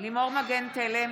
לימור מגן תלם,